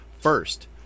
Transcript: First